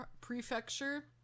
prefecture